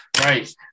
Right